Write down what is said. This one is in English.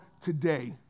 today